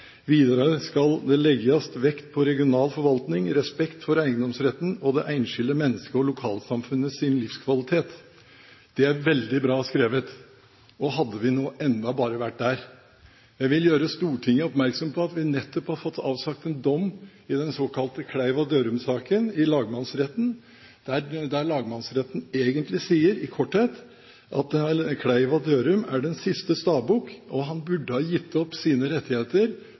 skal det leggjast vekt på regional forvaltning, respekt for eigedomsretten, og det einskilde mennesket og lokalsamfunn sin livskvalitet.» Det er veldig bra skrevet. Hadde vi nå enda bare vært der! Jeg vil gjøre Stortinget oppmerksom på at vi nettopp har fått avsagt en dom i den såkalte Kleiva/Dørum-saken i lagmannsretten, der lagmannsretten egentlig sier i korthet at Kleiva og Dørum er den siste stabukk, og de burde ha gitt opp sine rettigheter,